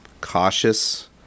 cautious